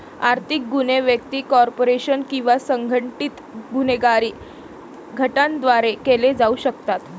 आर्थिक गुन्हे व्यक्ती, कॉर्पोरेशन किंवा संघटित गुन्हेगारी गटांद्वारे केले जाऊ शकतात